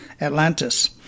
Atlantis